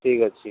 ଠିକ୍ ଅଛି